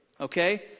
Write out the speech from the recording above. Okay